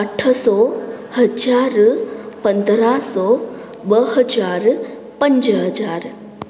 अठ सौ हज़ार पंद्रहं सौ ॿ हज़ार पंज हज़ार